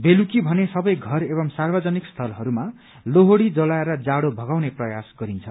बेलुकी भने सबै घर एवं सार्वजनिक स्थलहरूमा लोहड़ी जलाएर जाड़ो भगाउने प्रयास गरिन्छ